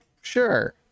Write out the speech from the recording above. sure